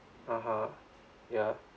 (uh huh) ya